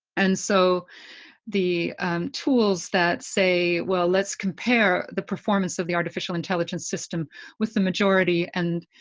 and so the tools that say, well, let's compare the performance of the artificial intelligence system with the majority and